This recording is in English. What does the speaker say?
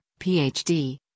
PhD